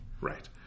Right